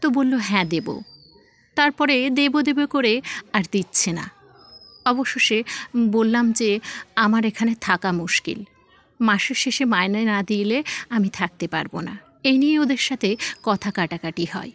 তো বললো হ্যাঁ দেব তারপরে দেব দেব করে আর দিচ্ছে না অবশেষে বললাম যে আমার এখানে থাকা মুশকিল মাসের শেষে মাইনে না দিলে আমি থাকতে পারব না এই নিয়ে ওদের সাথে কথা কাটাকাটি হয়